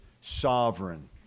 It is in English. sovereign